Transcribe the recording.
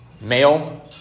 male